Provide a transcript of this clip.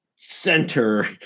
center